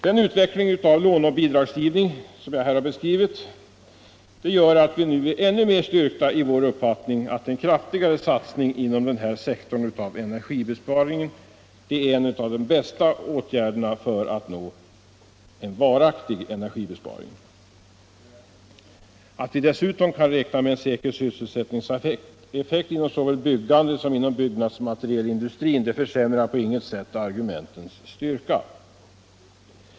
En utveckling av låneoch bidragsgivningen som jag här har beskrivit gör att vi nu är ännu mer styrkta i vår uppfattning att en kraftigare satsning inom denna sektor av energisparandet är en av de bästa åtgärderna för att nå en varaktig energibesparing. Att vi dessutom kan räkna med en säker sysselsättningseffekt inom såväl byggandet som byggmaterielindustrin försämrar på inget sätt argumentens styrka.